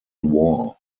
war